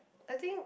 I think